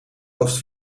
oost